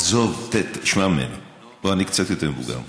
עזוב, אני קצת יותר מבוגר ממך.